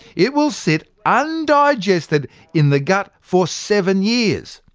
it will sit, undigested, in the gut for seven years.